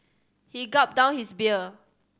he gulped down his beer